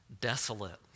desolate